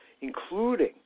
including